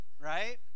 right